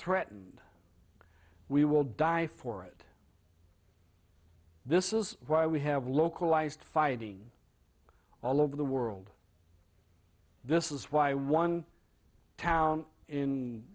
threatened we will die for it this is why we have localized fighting all over the world this is why one town in